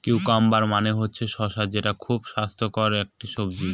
cucumber মানে হল শসা যেটা খুবই স্বাস্থ্যকর একটি সবজি